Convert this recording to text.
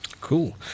Cool